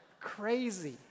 crazy